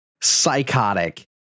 psychotic